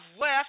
left